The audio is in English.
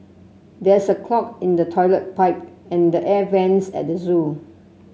there is a clog in the toilet pipe and the air vents at the zoo